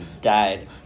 died